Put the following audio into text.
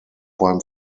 beim